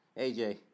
AJ